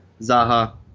Zaha